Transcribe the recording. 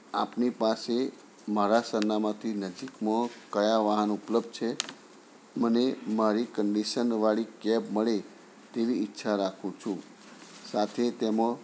આપની પાસે મારા સરનામાંથી નજીકમાં કયાં વાહન ઉપલબ્ધ છે મને મારી કંડિશનવાળી કેબ મળે તેવી ઈચ્છા રાખું છું સાથે તેમાં